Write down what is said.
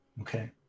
Okay